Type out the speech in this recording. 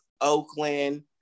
oakland